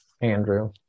Andrew